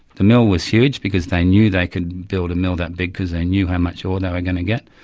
the mill was huge because they knew they could build a mill that big because they knew how much ore they were going to get,